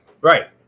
right